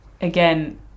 again